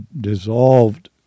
dissolved